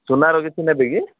ସୁନାର କିଛି ନେବେ କି